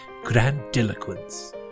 grandiloquence